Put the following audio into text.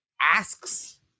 asks